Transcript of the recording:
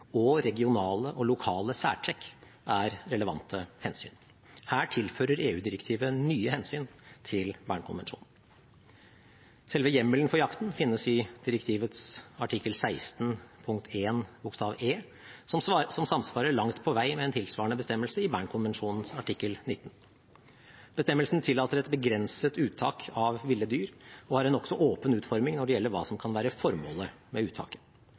og regionale og lokale særtrekk er relevante hensyn. Her tilfører EU-direktivet nye hensyn til Bern-konvensjonen. Selve hjemmelen for jakten finnes i direktivets artikkel 16, 1. e), som samsvarer langt på vei med en tilsvarende bestemmelse i Bern-konvensjonen artikkel 9. Bestemmelsen tillater et begrenset uttak av ville dyr og har en nokså åpen utforming når det gjelder hva som kan være formålet med uttaket.